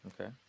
Okay